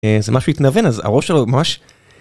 איזה משהו התנוון אז הראש שלו ממש.